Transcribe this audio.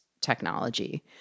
technology